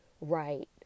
right